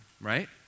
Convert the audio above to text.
right